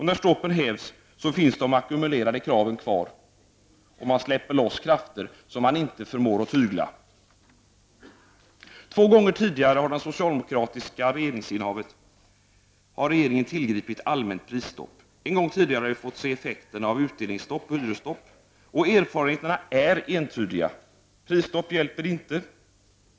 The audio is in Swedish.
När stoppen hävs finns de ackumulerade kraven kvar. Man släpper loss krafter som man inte förmår att tygla. Två gånger tidigare under det socialdemokratiska regeringsinnehavet har regeringen tillgripit allmänt prisstopp. En gång tidigare har vi fått se effekterna av utdelningsstopp och hyresstopp. Erfarenheterna är entydiga: prisstopp hjälper inte.